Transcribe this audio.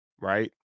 Right